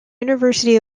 university